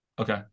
Okay